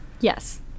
Yes